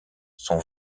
sont